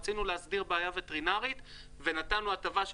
רצינו להסדיר בעיה וטרינרית ונתנו הטבה של